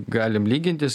galim lygintis